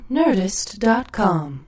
nerdist.com